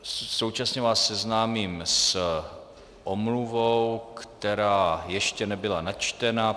Současně vás seznámím s omluvou, která ještě nebyla načtena.